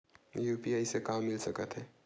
UPI से का मिल सकत हे?